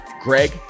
Greg